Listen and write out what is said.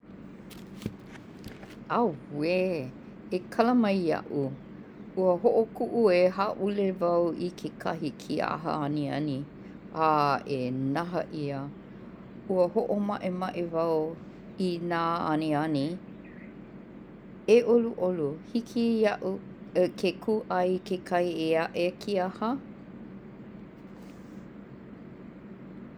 ʻAuē! E kala mai iaʻu, ua hoʻokuʻu e hāʻule wau i kekahi kiʻaha aniani a e nahā ʻia. Ua hoʻomaʻemaʻe wau i nā aniani. E ʻoluʻolu, hiki iaʻu ke kūʻai i kekahi e aʻe kiʻaha?